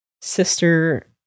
sister